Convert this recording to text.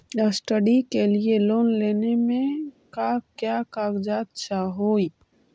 Study के लिये loan लेने मे का क्या कागजात चहोये?